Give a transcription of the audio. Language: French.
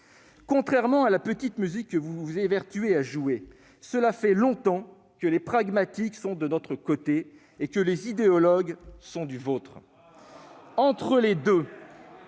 Contrairement à la petite musique que vous vous évertuez à jouer, cela fait longtemps que les pragmatiques sont de notre côté et que les idéologues sont du vôtre. Entre les deux,